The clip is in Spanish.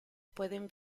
pueden